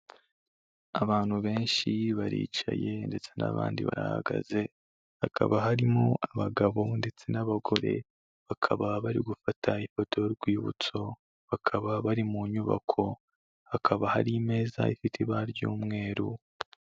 Abantu benshi baricaye, ndetse n'abandi barahagaze, hakaba harimo abagabo ndetse n'abagore, bakaba bari gufata ifoto y'urwibutso, bakaba bari mu nyubako, hakaba hari imeza ifite ibara ry'umweru...